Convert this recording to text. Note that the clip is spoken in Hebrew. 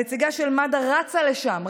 הנציגה של מד"א רצה לשם,